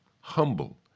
humble